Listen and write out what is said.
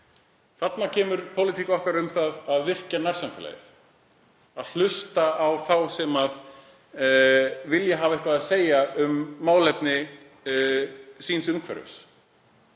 Þarna kemur pólitík okkar um það að virkja nærsamfélagið, að hlusta á þá sem vilja hafa eitthvað að segja um málefni umhverfis